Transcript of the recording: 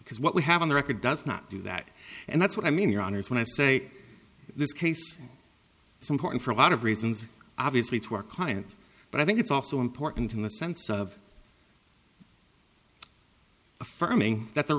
because what we have on the record does not do that and that's what i mean your honour's when i say this case it's important for a lot of reasons obviously to our client but i think it's also important in the sense of affirming that the